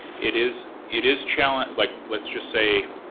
it is it is challen like, let's just say,